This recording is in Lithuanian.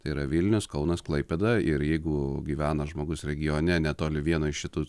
tai yra vilnius kaunas klaipėda ir jeigu gyvena žmogus regione netoli vieno iš šitų